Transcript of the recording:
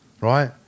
right